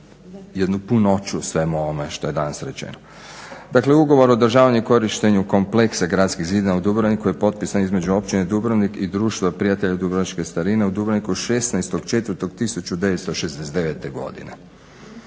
jednu punoću u svemu ovome što je danas rečeno. Dakle, ugovor o održavanju i korištenju kompleksa gradskih zidina u Dubrovniku je potpisan između općine Dubrovnik i Društvo prijatelja dubrovačke starine u Dubrovniku 16.04.1969. godine.